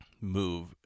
move